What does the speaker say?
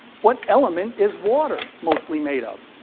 what element is water mostly made of?